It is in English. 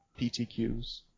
PTQs